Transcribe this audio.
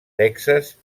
texas